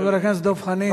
חבר הכנסת דב חנין.